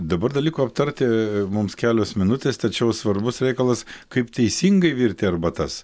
dabar dar liko aptarti mums kelios minutės tačiau svarbus reikalas kaip teisingai virti arbatas